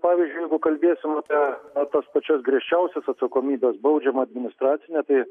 pavyzdžiui jeigu kalbėsim apie tas pačias griežčiausias atsakomybes baudžiamą administracinę tai